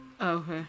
okay